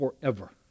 forever